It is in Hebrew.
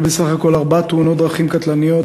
בסך הכול ארבע תאונות דרכים קטלניות,